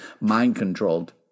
mind-controlled